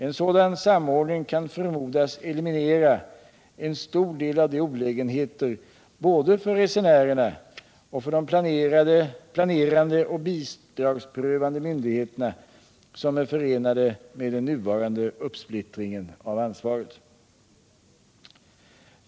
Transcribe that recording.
En sådan samordning kan förmodas eliminera en stor del av de olägenheter både för resenärerna och för de planerande och bidragsprövande myndigheterna som är förenade med den nuvarande uppsplittringen av ansvaret.